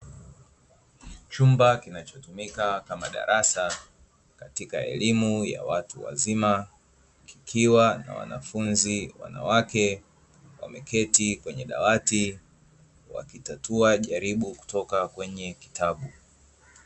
Chumba kinachotumika kama darasa katika elimu ya watu wazima, kikiwa na wanafunzi wanawake, wameketi kwenye dawati wakitatua jaribu kutoka kwenye kitabu.